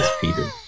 Peter